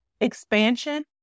expansion